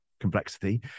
complexity